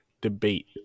debate